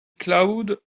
cloud